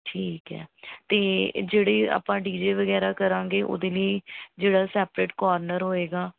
ਠੀਕ ਹੈ ਅਤੇ ਜਿਹੜੇ ਆਪਾਂ ਡੀ ਜੇ ਵਗੈਰਾ ਕਰਾਂਗੇ ਉਹਦੇ ਲਈ ਜਿਹੜਾ ਸੈਪਰੇਟ ਕੋਰਨਰ ਹੋਏਗਾ